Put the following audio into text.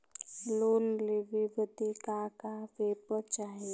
Loan लेवे बदे का का पेपर चाही?